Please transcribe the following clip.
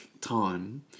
time